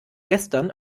gestern